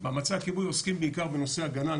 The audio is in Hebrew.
מאמצי הכיבוי עוסקים בעיקר בנושא הגנה על